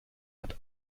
hat